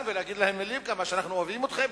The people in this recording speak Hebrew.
ולהגיד להם מלים: כמה שאנחנו אוהבים אתכם,